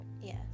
yes